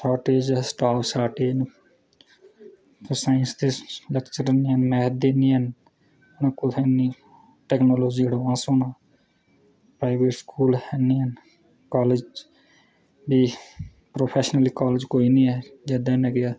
थोह्ड़ा तेज़ साढ़े लाके न ते एह् साईंस दे बच्चे मैथ दे निं हैन हून कुत्थें इन्नी टेक्नोलॉज़ी एडवांस होना प्राईवेट स्कूल ऐ निं हैन कॉलेज़ भी प्रोफेशनल कॉलेज़ कोई निं ऐ जेह्दे नै की अस